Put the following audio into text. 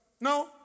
No